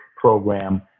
program